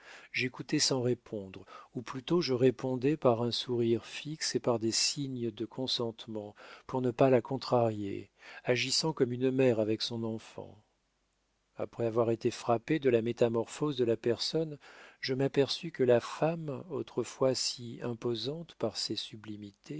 j'écoutais sans répondre ou plutôt je répondais par un sourire fixe et par des signes de consentement pour ne pas la contrarier agissant comme une mère avec son enfant après avoir été frappé de la métamorphose de la personne je m'aperçus que la femme autrefois si imposante par ses sublimités